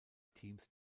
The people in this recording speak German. teams